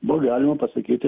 buvo galima pasakyti